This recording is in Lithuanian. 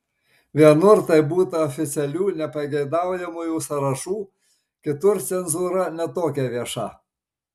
vienur tai būta oficialių nepageidaujamųjų sąrašų kitur cenzūra ne tokia vieša